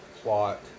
plot